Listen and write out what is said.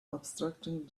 obstructing